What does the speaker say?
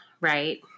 right